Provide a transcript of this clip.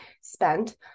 spent